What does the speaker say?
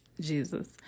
Jesus